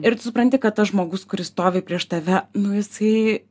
ir supranti kad tas žmogus kuris stovi prieš tave nu jisai